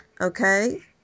Okay